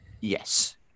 yes